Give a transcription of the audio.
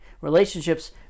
Relationships